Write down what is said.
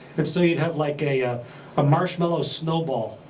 and so you'd have like a ah marshmallow snowball.